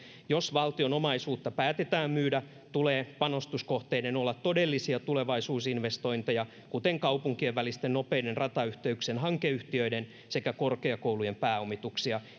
jos valtion omaisuutta päätetään myydä tulee panostuskohteiden olla todellisia tulevaisuusinvestointeja kuten kaupunkien välisten nopeiden ratayhteyksien hankeyhtiöiden sekä korkeakoulujen pääomituksia